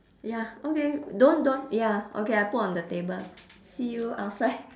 ya okay don't don't ya okay I put on the table see you outside